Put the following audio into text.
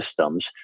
systems